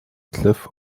cliff